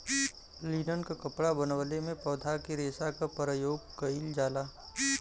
linen क कपड़ा बनवले में पौधा के रेशा क परयोग कइल जाला